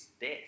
death